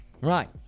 Right